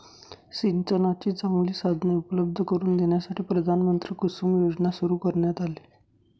सिंचनाची चांगली साधने उपलब्ध करून देण्यासाठी प्रधानमंत्री कुसुम योजना सुरू करण्यात आली